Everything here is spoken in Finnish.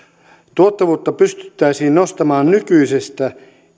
tuottavuutta pystyttäisiin nostamaan nykyisestä